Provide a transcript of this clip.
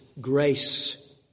grace